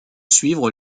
suivre